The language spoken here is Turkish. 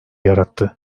yarattı